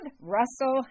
Russell